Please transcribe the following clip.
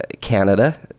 Canada